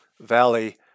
Valley